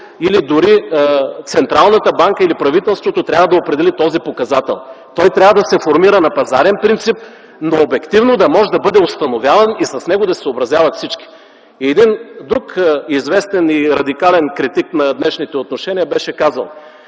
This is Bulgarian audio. или дори Централната банка, или правителството трябва да определи този показател. Той трябва да се формира на пазарен принцип, но обективно да може да бъде установяван и с него да се съобразяват всички. Един друг известен и радикален критик на днешните отношения беше казал: